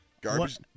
Garbage